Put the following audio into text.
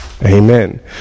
Amen